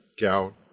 gout